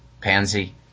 pansy